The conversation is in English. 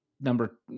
number